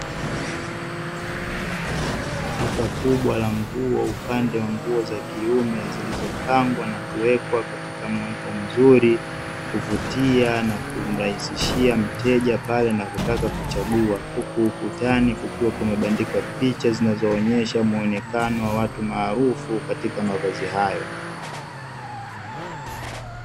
Duka kubwa la nguo upande wa nguo za kiume zilizopangwa na kuwekwa katika mwonekano mzuri wa kuvutia na kumrahisishia mteja pale anapotaka kuchagua, huku ukukutani kukiwa kumebandikwa picha zinazoonyesha muonekano wa watu maarufu katika mavazi hayo.